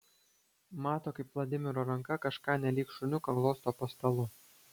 mato kaip vladimiro ranka kažką nelyg šuniuką glosto po stalu